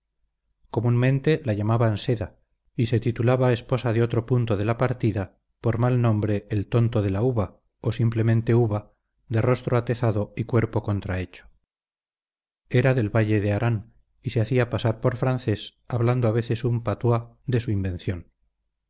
comúnmente la llamaban seda y se titulaba esposa de otro punto de la partida por mal nombre el tonto de la uva o simplemente uva de rostro atezado y cuerpo contrahecho era del valle de arán y se hacía pasar por francés hablando a veces un patois de su invención